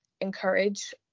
encourage